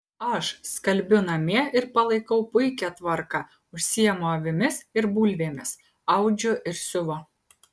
aš skalbiu namie ir palaikau puikią tvarką užsiimu avimis ir bulvėmis audžiu ir siuvu